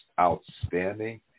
outstanding